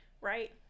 right